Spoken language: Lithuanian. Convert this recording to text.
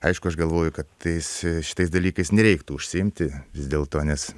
aišku aš galvoju kad tais šitais dalykais nereiktų užsiimti vis dėl to nes